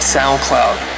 SoundCloud